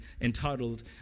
entitled